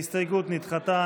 ההסתייגות נדחתה.